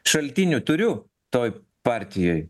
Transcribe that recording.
šaltinių turiu toj partijoj